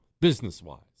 business-wise